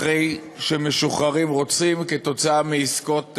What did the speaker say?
אחרי שמשוחררים רוצחים, כתוצאה מעסקות